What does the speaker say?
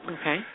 Okay